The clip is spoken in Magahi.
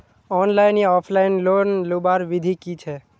ऑनलाइन या ऑफलाइन लोन लुबार विधि की छे?